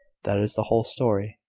that is the whole story,